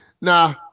nah